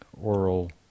oral